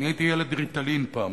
אני הייתי ילד "ריטלין" פעם.